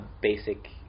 basic